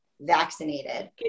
vaccinated